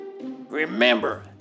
Remember